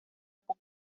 poco